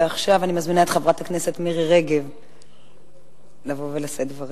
ועכשיו אני מזמינה את חברת הכנסת מירי רגב לבוא ולשאת דברים.